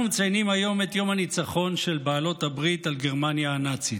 אנחנו מציינים היום את יום הניצחון של בעלות הברית על גרמניה הנאצית.